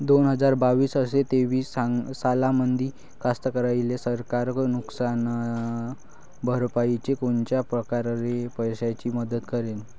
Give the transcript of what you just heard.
दोन हजार बावीस अस तेवीस सालामंदी कास्तकाराइले सरकार नुकसान भरपाईची कोनच्या परकारे पैशाची मदत करेन?